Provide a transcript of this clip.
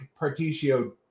Particio